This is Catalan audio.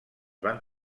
van